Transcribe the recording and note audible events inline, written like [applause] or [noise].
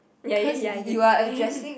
ya ya ya [laughs]